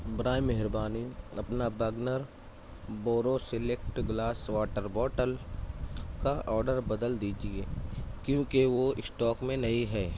برائے مہربانی اپنا Bergner borosilicate glass water bottle کا آرڈر بدل دیجیے کیونکہ وہ اسٹاک میں نہیں ہے